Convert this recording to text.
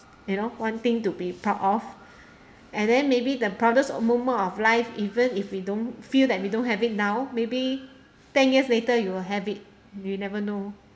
you know wanting to be proud of and then maybe the proudest moment of life even if we don't feel that we don't have it now maybe ten years later you will have it you never know